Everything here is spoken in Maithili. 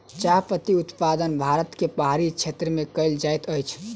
चाह पत्ती उत्पादन भारत के पहाड़ी क्षेत्र में कयल जाइत अछि